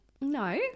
No